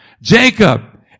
jacob